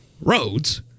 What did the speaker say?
Roads